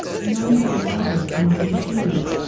none but a mother can conceive.